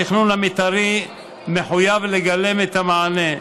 התכנון המתארי מחויב לגלם את המענה.